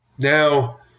Now